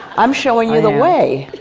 i'm showing you the way.